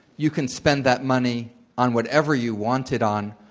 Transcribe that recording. you can spend that money on whatever you wanted on.